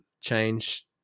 change